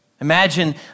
Imagine